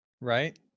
Right